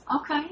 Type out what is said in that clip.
Okay